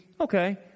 Okay